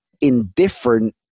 indifferent